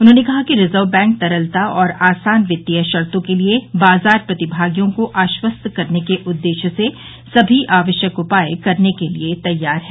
उन्होंने कहा कि रिजर्व बैंक तरलता और आसान वित्तीय शर्तों के लिए बाजार प्रतिभागियों को आश्वस्त करने के उद्देश्य से सभी आवश्यक उपाय करने के लिए तैयार है